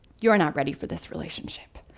you're not ready for this relationship,